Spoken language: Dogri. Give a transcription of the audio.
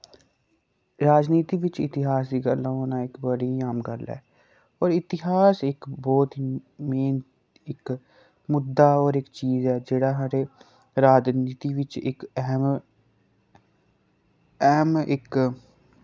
राजनीती बिच्च इतिहास दी गल्लां होना इक बड़ी आम गल्ल ऐ पर इतिहास इक बोह्त ही मेन इक मुध्दा और इक चीज ऐ जेह्ड़ा साढ़े राजनीती बिच्च इक ऐहम ऐह्म इक